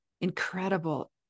Incredible